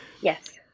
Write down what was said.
yes